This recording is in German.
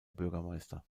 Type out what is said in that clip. bürgermeister